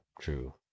true